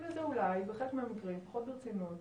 לזה אולי בחלק מהמקרים פחות ברצינות,